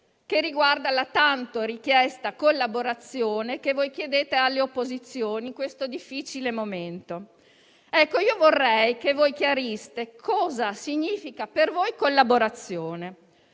che riguarda la tanto richiesta collaborazione che voi chiedete alle opposizioni in questo difficile momento. Ecco, io vorrei che voi chiariste cosa significa per voi collaborazione: